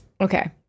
okay